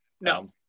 no